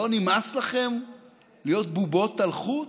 לא נמאס לכם להיות בובות על חוט?